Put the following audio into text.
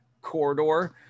corridor